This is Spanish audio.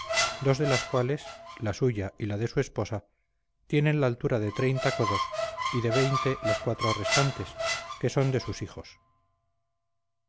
dos de las cuales la suya y la de su esposa tienen la altura de codos y de las cuatro restantes que son de sus hijos